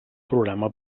programa